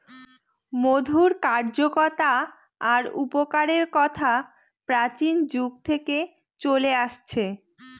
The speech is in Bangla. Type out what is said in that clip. মধুর কার্যকতা আর উপকারের কথা প্রাচীন যুগ থেকে চলে আসছে